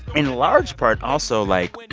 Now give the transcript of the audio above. in large part, also, like,